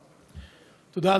תודה,